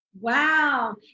wow